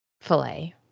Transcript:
filet